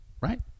right